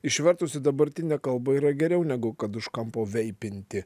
išvertus į dabartinę kalbą yra geriau negu kad už kampo veipinti